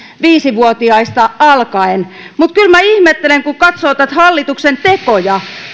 viisi vuotiaista alkaen mutta kyllä minä ihmettelen kun katsoo hallituksen tekoja